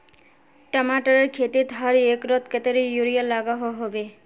टमाटरेर खेतीत हर एकड़ोत कतेरी यूरिया लागोहो होबे?